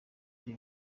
ari